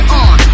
on